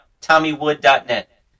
Tommywood.net